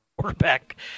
quarterback